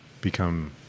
become